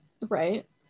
Right